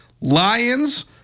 Lions